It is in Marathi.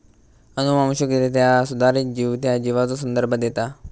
अनुवांशिकरित्या सुधारित जीव त्या जीवाचो संदर्भ देता